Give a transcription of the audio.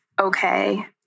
okay